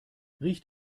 riecht